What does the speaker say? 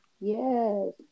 Yes